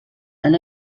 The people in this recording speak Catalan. han